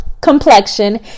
complexion